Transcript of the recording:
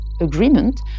agreement